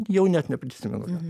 jau net neprisimenu